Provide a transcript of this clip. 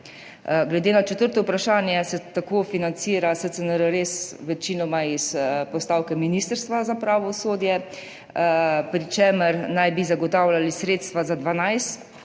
Glede na četrto vprašanje se tako SCNR financira res večinoma s postavke Ministrstva za pravosodje, pri čemer naj bi zagotavljali sredstva za 12